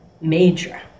major